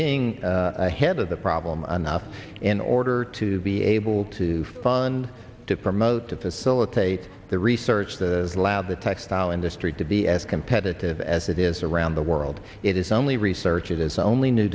being ahead of the problem in order to be able to fund to promote to facilitate the research the allow the textile industry to be as competitive as it is around the world it is only research it is only new